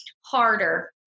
harder